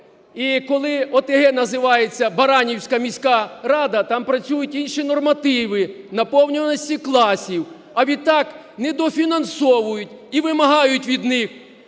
і коли ОТГ називається Баранівська міська рада, там працюють інші нормативи наповнюваності класів. А відтак недофінансовують і вимагають від них: